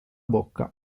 bocca